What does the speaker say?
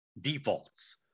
defaults